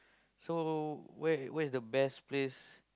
so where where is the best place